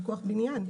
פיקוח בניין,